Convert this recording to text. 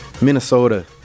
Minnesota